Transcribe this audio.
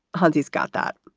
haines's got that.